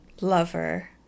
Lover